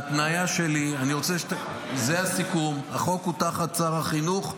ההתניה שלי, החוק הוא תחת שר החינוך,